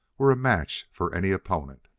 were a match for any opponent.